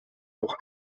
auch